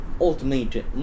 ultimate